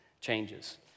changes